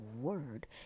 word